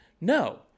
No